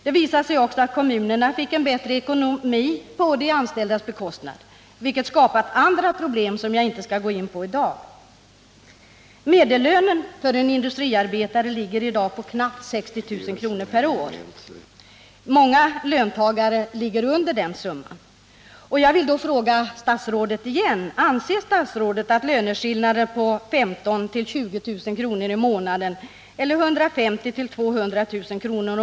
Det framgick också att kommunerna fick en bättre ekonomi på de anställdas bekostnad, vilket skapat andra problem, som jag dock inte skall gå in på i dag. Medellönen för en industriarbetare ligger i dag på knappt 60 000 kr. per år, och lönen för många löntagare ligger under den summan. Jag vill därför igen fråga statsrådet: Anser statsrådet att löneskillnader på 15 000-20 000 kr. i månaden eller 150 000-200 000 kr.